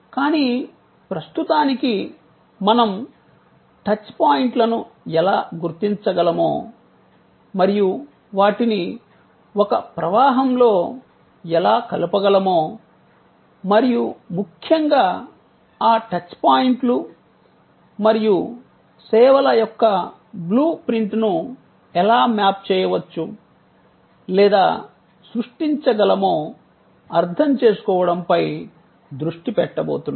కానీ ప్రస్తుతానికి మనం టచ్ పాయింట్లను ఎలా గుర్తించగలమో మరియు వాటిని ఒక ప్రవాహంలో ఎలా కలపగలమో మరియు ముఖ్యంగా ఆ టచ్ పాయింట్లు మరియు సేవల యొక్క బ్లూప్రింట్ను ఎలా మ్యాప్ చేయవచ్చు లేదా సృష్టించగలమో అర్థం చేసుకోవడంపై దృష్టి పెట్టబోతున్నాం